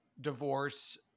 divorce